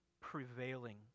prevailing